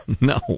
No